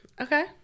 Okay